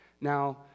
Now